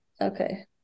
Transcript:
okay